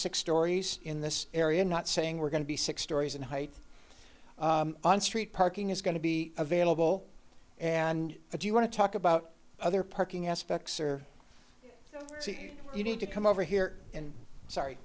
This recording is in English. six stories in this area not saying we're going to be six stories in height on street parking is going to be available and if you want to talk about other parking aspects or you need to come over here and sorry